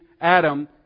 Adam